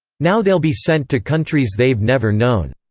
now they'll be sent to countries they've never known.